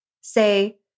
say